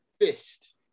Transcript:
Fist